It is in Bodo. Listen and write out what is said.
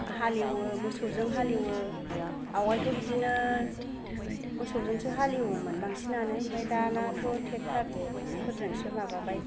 हालेवो मोसौजों हालेवो आवगायथ' बिदिनो मोसौजोंसो हालेवोमोन बांसिनानो ओमफाय दानाथ' ट्रेक्टर फोरजोंसो माबाबाय